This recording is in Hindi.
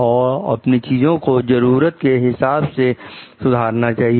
और अपनी चीजों को जरूरत के हिसाब से सुधारना चाहिए